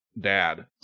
dad